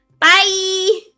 Bye